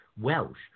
Welsh